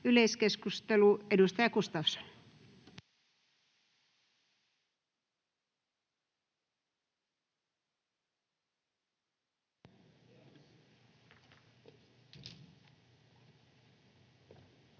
Yleiskeskustelu, edustaja Gustafsson.